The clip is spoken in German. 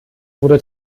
wurde